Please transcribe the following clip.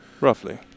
Roughly